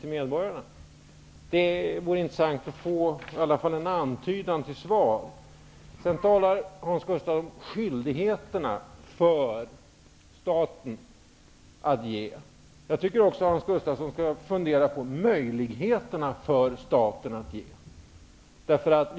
Det vore alltså intressant att i varje fall få en antydan därom till svar. Sedan talar Hans Gustafsson om statens skyldigheter när det gäller att ge service. Men jag tycker att han också skall fundera över statens möjligheter i detta sammanhang.